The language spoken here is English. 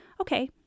Okay